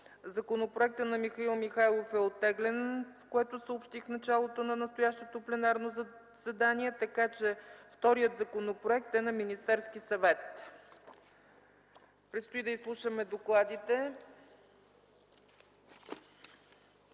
Законопроектът на Михаил Михайлов е оттеглен, както съобщих в началото на настоящото пленарно заседание. Вторият законопроект е на Министерския съвет. Предстои да изслушаме докладите.